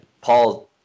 Paul